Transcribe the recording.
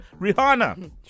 Rihanna